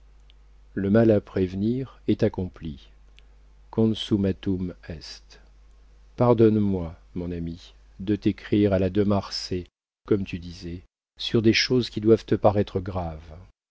le mal à prévenir est accompli consummatum est pardonne-moi mon ami de t'écrire à la de marsay comme tu disais sur des choses qui doivent te paraître graves